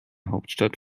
hauptstadt